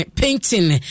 painting